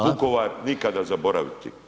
Vukovar [[Upadica Reiner: Hvala.]] nikada zaboraviti,